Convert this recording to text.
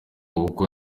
koko